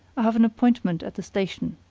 i have an appointment at the station.